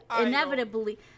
inevitably